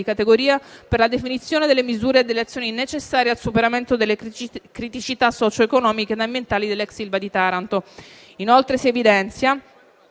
categoria per la definizione delle misure e delle azioni necessarie al superamento delle criticità, criticità socio-economiche e ambientali dell'ex ILVA di Taranto. [**Presidenza